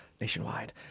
nationwide